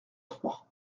trois